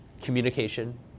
communication